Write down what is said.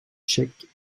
tchèques